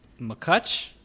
McCutch